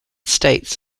states